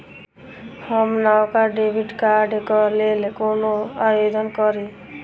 हम नवका डेबिट कार्डक लेल कोना आवेदन करी?